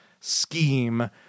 scheme